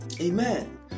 Amen